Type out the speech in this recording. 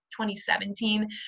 2017